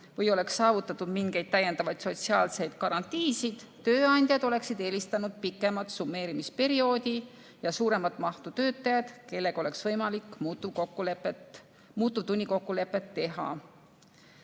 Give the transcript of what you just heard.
või oleks mingeid täiendavaid sotsiaalseid garantiisid. Tööandjad oleksid eelistanud pikemat summeerimise perioodi ja suuremat hulka töötajaid, kellega oleks võimalik muutuvtunnikokkulepet teha.